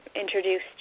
introduced